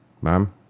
Ma'am